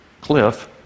cliff